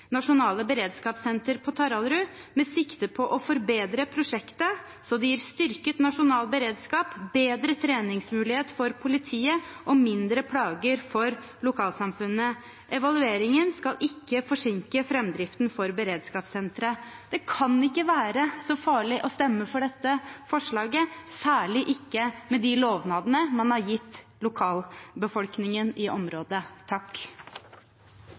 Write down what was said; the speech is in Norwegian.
nasjonale beredskapssenter på Taraldrud, med sikte på å forbedre prosjektet sånn at det gir styrket nasjonal beredskap, bedre treningsmulighet for politiet og mindre plager for lokalsamfunnet. Evalueringen skal ikke forsinke framdriften for beredskapssenteret. Det kan ikke være så farlig å stemme for dette forslaget, særlig ikke med de lovnadene man har gitt lokalbefolkningen i området.